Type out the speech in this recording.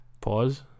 Pause